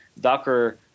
Docker